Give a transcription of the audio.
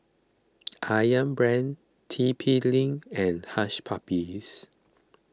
Ayam Brand T P Link and Hush Puppies